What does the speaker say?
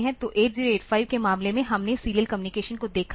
तो 8085 के मामले में हमने सीरियल कम्युनिक्शन को देखा है